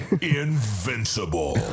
Invincible